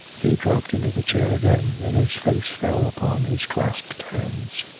he dropped into the chair again, and his face fell upon his clasped hands.